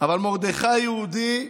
אבל מרדכי היהודי,